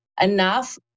enough